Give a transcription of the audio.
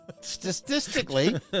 Statistically